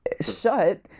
shut